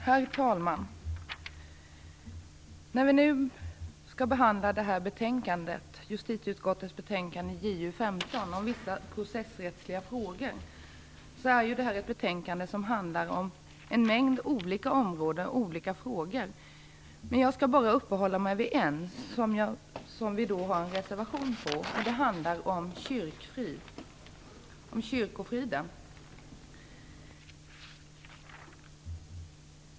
Herr talman! Nu skall vi behandla justitieutskottets betänkande JuU15 om vissa processrättsliga frågor. Det är ett betänkande som handlar om en mängd olika frågor. Jag skall bara uppehålla mig vid en där vi har en reservation. Den handlar om kyrkofriden.